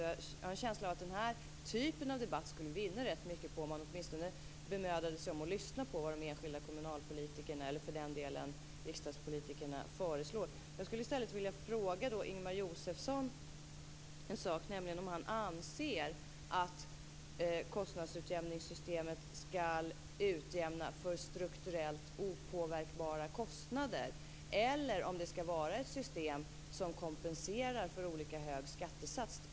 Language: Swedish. Jag har en känsla av att den här typen av debatt skulle vinna rätt mycket på att man åtminstone bemödade sig om att lyssna på vad de enskilda kommunalpolitikerna eller för den delen riksdagspolitikerna föreslår. Jag skulle i stället vilja fråga Ingemar Josefsson en sak. Anser Ingemar Josefsson att kostnadsutjämningssystemet skall utjämna för strukturellt opåverkbara kostnader, eller skall det vara ett system som kompenserar för olika hög skattesats?